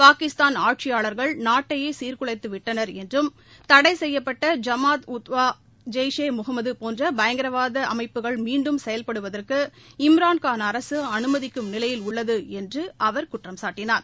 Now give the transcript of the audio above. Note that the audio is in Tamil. பாகிஸ்தான் ஆட்சியாளா்கள் நாட்டையே சீாகுலைத்துவிட்டனா் என்றும் தடை செய்யப்பட்ட ஜமாத் உத்தாவா ஜெய் ஷே முகமது போன்ற பயங்கரவாத அமைப்புகள் மீன்டும் செயல்படுவதற்கு இம்ரான்கான் அரசு அனுமதிக்கும் நிலையில் உள்ளது என்று அவர் குற்றம்சாட்டினார்